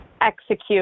execute